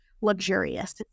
luxurious